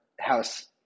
House